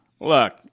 Look